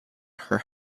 her